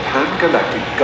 Pan-Galactic